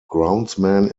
groundsman